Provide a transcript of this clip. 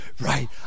Right